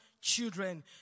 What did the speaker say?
children